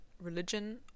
religion